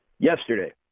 Yesterday